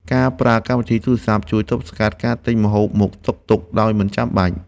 ការប្រើកម្មវិធីទូរសព្ទ ជួយទប់ស្កាត់ការទិញម្ហូបមកស្តុកទុកដោយមិនចាំបាច់។